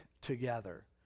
together